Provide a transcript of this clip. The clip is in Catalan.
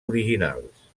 originals